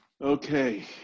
Okay